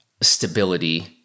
stability